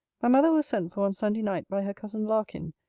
my mother was sent for on sunday night by her cousin larkin,